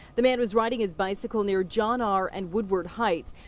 the man was riding his bicycle near john r and woodward heights.